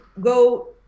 go